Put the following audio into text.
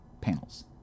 panels